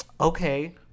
Okay